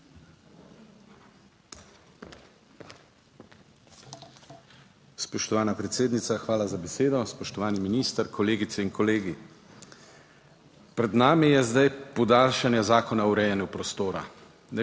Spoštovana predsednica, hvala za besedo. Spoštovani minister, kolegice in kolegi! Pred nami je zdaj podaljšanje Zakona o urejanju prostora.